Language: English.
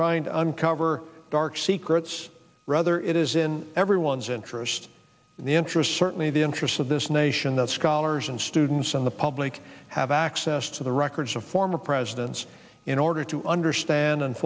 trying to uncover dark secrets rather it is in everyone's interest in the interest certainly the interest of this nation that scholars and students of the public have access to the records of former presidents in order to understand and